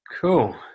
Cool